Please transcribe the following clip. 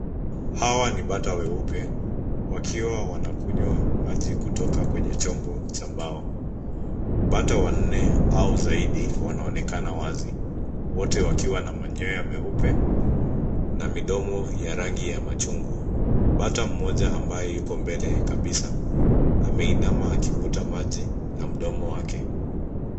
Hawa ni bata weupe wakiwa wanakunywa maji kutoka kwenye chombo cha mbao. Bata wanne au zaidi wanaonekana wazi wote wakiwa na manyoya meupe na midomo ya rangi ya machungwa. Bata mmoja ambaye yuko mbele kabisa ameinama akivuta maji na mdomo wake.